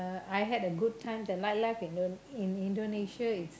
I had a good time the night life Indon~ in Indonesia is